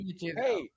Hey